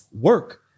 work